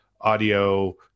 audio